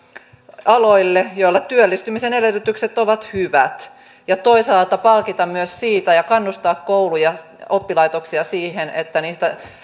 aloille joilla työllistymisen edellytykset ovat hyvät ja toisaalta palkita myös siitä ja kannustaa kouluja oppilaitoksia siihen että niissä